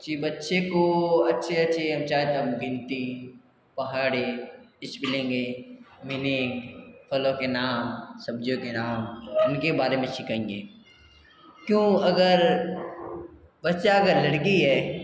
जी बच्चे को अच्छे अच्छे चाहे तो हम गिनती पहाड़ी स्पेलिंग है मीनिंग फलों के नाम सब्ज़ियों के नाम उनके बारे में सिखाएंगे क्यों अगर बच्चा अगर लड़की है